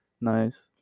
Nice